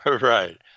Right